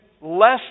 less